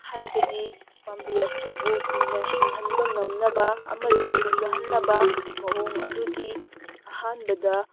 ꯍꯥꯏꯕꯗꯤ ꯄꯥꯝꯕꯤ ꯑꯁꯤꯕꯨ ꯀꯨꯏꯅ ꯍꯤꯡꯍꯟꯕ ꯉꯝꯅꯕ ꯑꯃꯗꯤ ꯐꯖꯍꯟꯅꯕ ꯃꯑꯣꯡ ꯑꯗꯨꯗꯤ ꯑꯍꯥꯟꯕꯗ